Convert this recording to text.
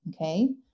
okay